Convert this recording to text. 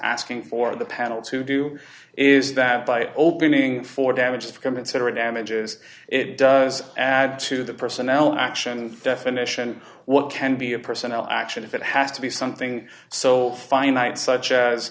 asking for the panel to do is that by opening for damage commensurate damages it does add to the personnel action definition what can he a personnel action if it has to be something so finite such as